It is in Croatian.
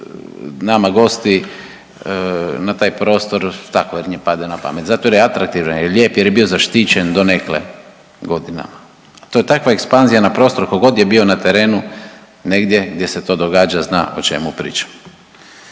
nama gosti na taj prostor tako jer im padne na pamet, zato jer je atraktivan, jer je lijep, jer je bio zaštićen donekle godinama, to je takva ekspanzija na prostoru, ko god je bio na terenu negdje gdje se to događa zna o čemu pričam.